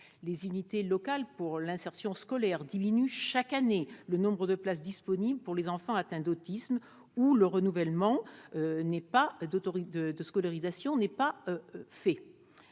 Les unités localisées pour l'inclusion scolaire diminuent chaque année le nombre de places disponibles pour les enfants atteints d'autisme ou ne renouvellent pas leurs autorisations de